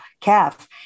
calf